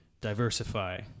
diversify